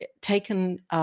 taken